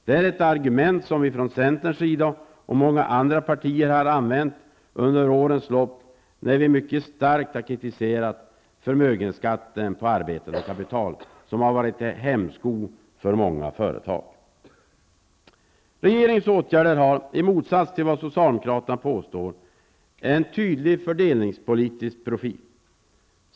Det är ett argument som centern och många andra partier använt under årens lopp när de mycket starkt kritiserat förmögenhetsskatten på arbetande kapital, som varit en hämsko för många företag. Regeringens åtgärder har -- i motsats till vad socialdemokraterna påstår -- en fördelningspolitisk profil.